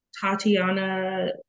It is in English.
Tatiana